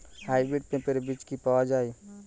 Hybrid পেঁপের বীজ কি পাওয়া যায়?